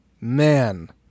Man